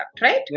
right